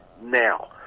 now